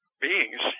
beings